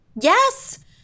Yes